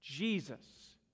Jesus